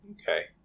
okay